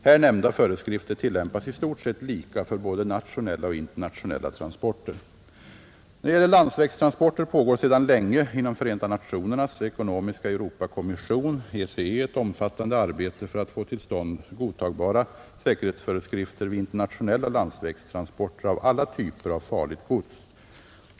Här nämnda föreskrifter tillämpas i stort sett lika för både nationella och internationella transporter. När det gäller landsvägstransporter pågår sedan länge inom FN:s ekonomiska Europakommission, ECE, ett omfattande arbete för att få till stånd godtagbara säkerhetsföreskrifter vid internationella landsvägstransporter av alla typer av farligt gods.